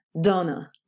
Donna